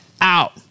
out